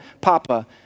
Papa